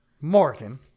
Morgan